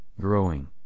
growing